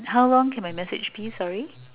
how long can my message be sorry